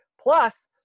Plus